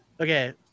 Okay